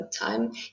time